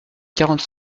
quarante